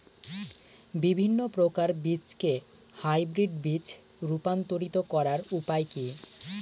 বিভিন্ন প্রকার বীজকে হাইব্রিড বীজ এ রূপান্তরিত করার উপায় কি?